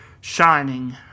shining